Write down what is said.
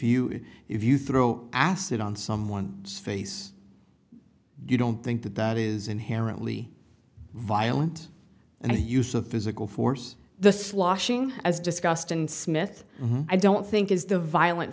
you if you throw acid on someone face you don't think that that is inherently violent and the use of physical force the sloshing as discussed in smith i don't think is the violent